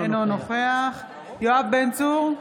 אינו נוכח יואב בן צור,